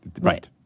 Right